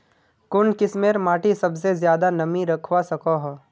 कुन किस्मेर माटी सबसे ज्यादा नमी रखवा सको हो?